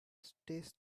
stays